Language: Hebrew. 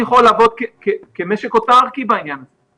אני יכול לעבוד כמשק אוטרקי בעניין הזה.